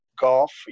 golf